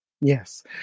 Yes